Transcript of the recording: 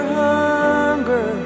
hunger